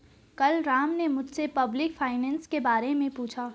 कल राम ने मुझसे पब्लिक फाइनेंस के बारे मे पूछा